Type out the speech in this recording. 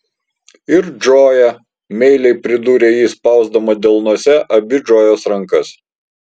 ir džoja meiliai pridūrė ji spausdama delnuose abi džojos rankas